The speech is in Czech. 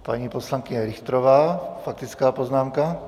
Paní poslankyně Richterová, faktická poznámka.